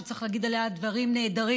שצריך להגיד עליה דברים נהדרים,